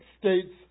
states